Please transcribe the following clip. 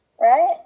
Right